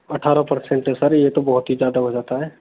अठारह परसेंट है सर ये तो बहुत ही ज़्यादा हो जाता है